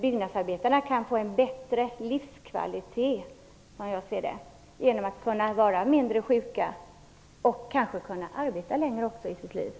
Byggnadsarbetarna kan få en bättre livskvalitet, som jag ser det, genom att kunna vara mindre sjuka och kanske också arbeta under en större del av livet.